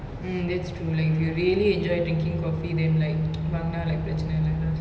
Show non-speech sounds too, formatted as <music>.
mm that's true like you really enjoy drinking coffee then like <noise> வாங்குனா:vaangunaa like பிரச்சின இல்ல:pirachina illa lah